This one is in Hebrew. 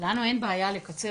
לנו אין בעיה לקצר.